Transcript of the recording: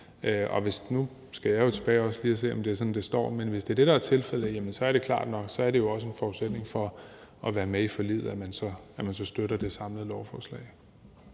men hvis det er det, der er tilfældet, er det klart, at så er det også en forudsætning for at være med i forliget, at man så støtter det samlede lovforslag.